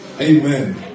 Amen